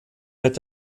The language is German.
mit